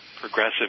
progressive